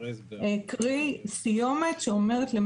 קרי סיומת שאומרת,